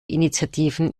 initiativen